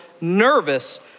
nervous